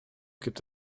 gibt